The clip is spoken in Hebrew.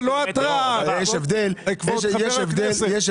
זה ההתרעה, כבוד חבר הכנסת.